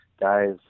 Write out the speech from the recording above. Guys